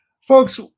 Folks